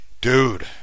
dude